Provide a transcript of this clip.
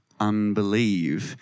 unbelieve